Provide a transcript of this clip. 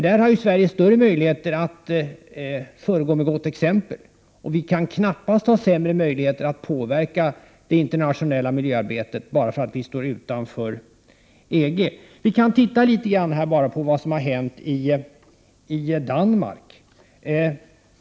Där har Sverige större möjligheter att föregå med gott exempel. Vi kan knappast ha sämre möjligheter att påverka det internationella miljöarbetet bara därför att vi står utanför EG. Vi kan se på det som hänt i Danmark.